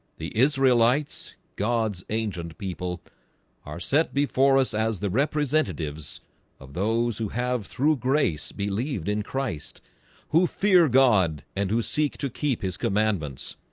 the israelites god's ancient people are set before us as the representatives of those who have through grace believed in christ who fear god and who seek to keep his commandments?